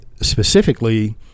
specifically